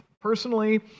Personally